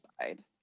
side